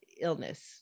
illness